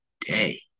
day